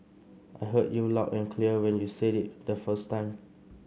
I heard you loud and clear when you said it the first time